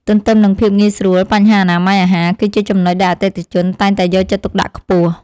ទន្ទឹមនឹងភាពងាយស្រួលបញ្ហាអនាម័យអាហារ គឺជាចំណុចដែលអតិថិជនតែងតែយកចិត្តទុកដាក់ខ្ពស់។